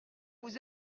vous